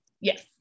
Yes